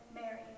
Mary